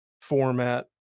format